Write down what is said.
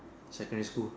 secondary school